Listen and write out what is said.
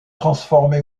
transformés